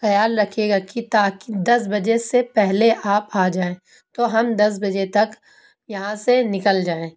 خیال رکھیے گا کہ تاکہ دس بجے سے پہلے آپ آ جائیں تو ہم دس بجے تک یہاں سے نکل جائیں